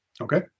Okay